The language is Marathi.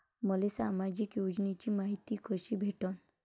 मले सामाजिक योजनेची मायती कशी भेटन?